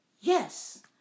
yes